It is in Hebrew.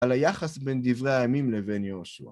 על היחס בין דברי האמים לבין יהושע.